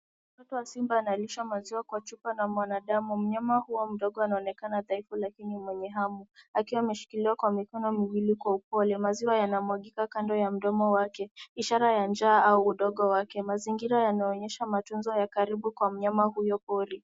Mtoto wa Simba analishwa maziwa kwa chupa na mwanadamu. Mnyama huyo mdogo anaonekana dhaifu lakini mwenye hamu akiwa ameshikiliwa kwa mikono miwili kwa upole. Maziwa yanamwagika kando ya mdomo wake ishara ya njaa au udogo wake. Mazingira yanaonyesha matunzo ya karibu kwa mnyama huyo pori.